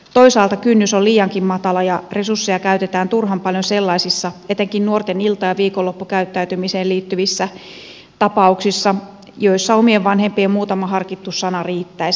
toisaalta kynnys on liiankin matala ja resursseja käytetään turhan paljon sellaisissa etenkin nuorten ilta ja viikonloppukäyttäytymiseen liittyvissä tapauksissa joissa omien vanhempien muutama harkittu sana riittäisi